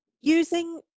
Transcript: using